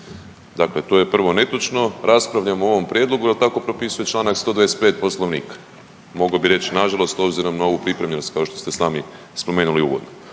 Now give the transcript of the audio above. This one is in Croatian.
Dakle, to je prvo netočno, raspravljamo o ovom prijedlogu jer tako propisuje Članak 125. Poslovnika. Mogao bi reći nažalost obzirom na ovu pripremljenost kao što ste sami spomenuli u uvodu.